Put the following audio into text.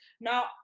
now